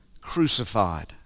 crucified